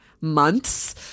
months